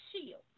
shield